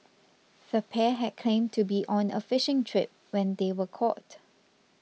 the pair had claimed to be on a fishing trip when they were caught